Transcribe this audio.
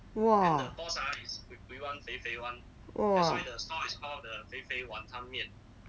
!wah! !wah!